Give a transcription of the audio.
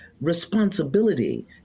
responsibility